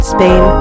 Spain